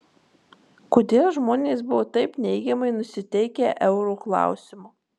kodėl žmonės buvo taip neigiamai nusiteikę euro klausimu